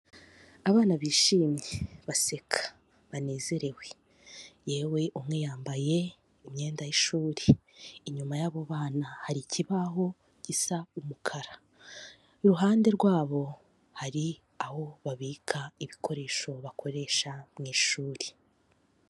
Abana bishimye baseka banezerewe, yewe umwe yambaye imyenda y'ishuri, inyuma y'abo bana hari ikibaho gisa umukara, iruhande rwabo hari aho babika ibikoresho bakoresha mu ishuri.